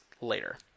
later